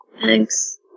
Thanks